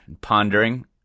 pondering